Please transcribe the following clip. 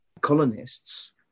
colonists